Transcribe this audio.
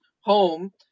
home